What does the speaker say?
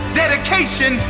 dedication